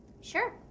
Sure